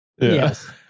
Yes